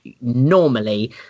normally